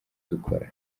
dukora